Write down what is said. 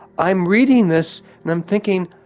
i'm reading this and i'm thinking,